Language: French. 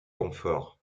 confort